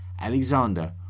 Alexander